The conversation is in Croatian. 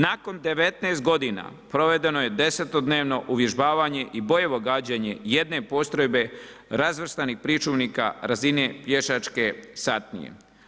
Nakon 19 godina provedeno je desetodnevno uvježbavanje i bojevo gađanje jedne postrojbe razvrstanih pričuvnika razine pješačke satnije.